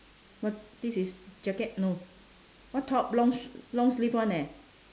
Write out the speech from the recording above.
what this is jacket no what top long long sleeve [one] eh